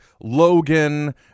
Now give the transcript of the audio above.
Logan